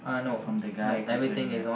from the guy who's wearing a